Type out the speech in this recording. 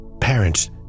parents